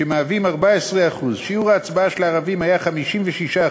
שמהווים 14%. שיעור ההצבעה של הערבים היה 56%,